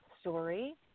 story